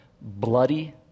bloody